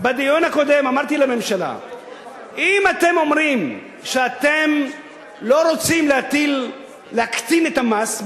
אם אתם אומרים שאתם לא רוצים להקטין את המס,